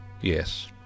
Yes